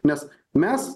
nes mes